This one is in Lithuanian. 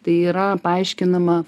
tai yra paaiškinama